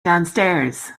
downstairs